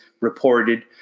reported